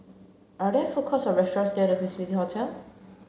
are there food courts or restaurants near The Quincy Hotel